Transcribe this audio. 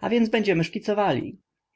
a więc będziemy szkicowali